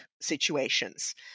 situations